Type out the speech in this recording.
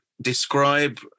describe